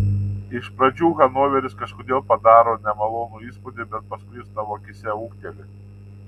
iš pradžių hanoveris kažkodėl padaro nemalonų įspūdį bet paskui jis tavo akyse ūgteli